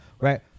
Right